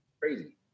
crazy